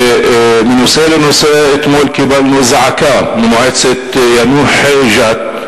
ומנושא לנושא: אתמול קיבלנו זעקה ממועצת יאנוח-ג'ת,